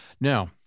Now